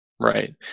Right